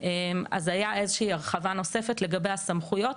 אז הייתה איזושהי הרחבה נוספת לגבי הסמכויות.